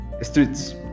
streets